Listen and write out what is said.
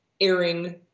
airing